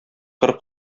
кыр